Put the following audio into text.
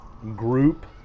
group